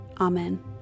Amen